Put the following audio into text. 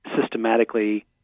systematically